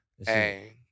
hey